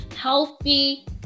healthy